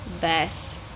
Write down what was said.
best